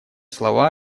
слова